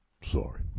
sorry